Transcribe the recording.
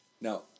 Now